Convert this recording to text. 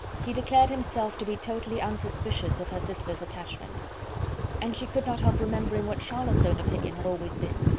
he declared himself to be totally unsuspicious of her sister's attachment and she could not help remembering what charlotte's and opinion had always been.